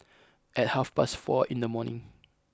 at half past four in the morning